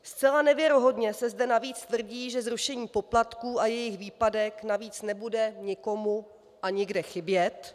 Zcela nevěrohodně se zde navíc tvrdí, že zrušení poplatků a jejich výpadek navíc nebude nikomu a nikde chybět.